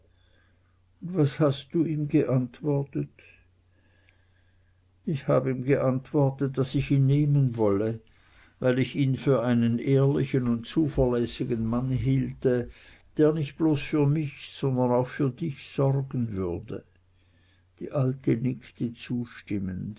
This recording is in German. was hast du ihm geantwortet ich hab ihm geantwortet daß ich ihn nehmen wolle weil ich ihn für einen ehrlichen und zuverlässigen mann hielte der nicht bloß für mich sondern auch für dich sorgen würde die alte nickte zustimmend